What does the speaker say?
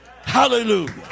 Hallelujah